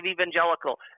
evangelical